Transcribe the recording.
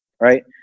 right